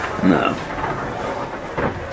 No